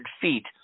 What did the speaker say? feet